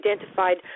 identified